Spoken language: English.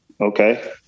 okay